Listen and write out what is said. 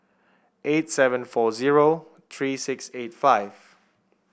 eight seven four zero three six eight five